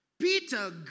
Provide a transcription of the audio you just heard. Peter